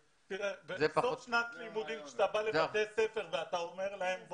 בסוף שנת לימודים כשאתה בא לבתי ספר ואתה אומר להם,